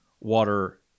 water